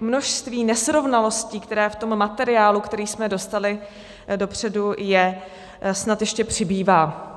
množství nesrovnalostí, které v tom materiálu, který jsme dostali dopředu, je, snad ještě přibývá.